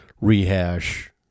rehash